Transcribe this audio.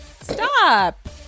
Stop